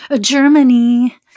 germany